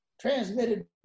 transmitted